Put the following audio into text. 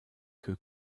que